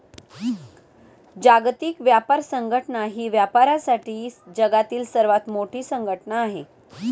जागतिक व्यापार संघटना ही व्यापारासाठी जगातील सर्वात मोठी संघटना आहे